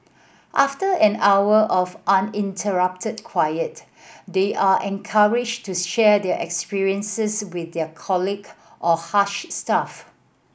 after an hour of uninterrupted quiet they are encouraged to share their experiences with their colleague or Hush staff